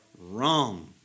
wrong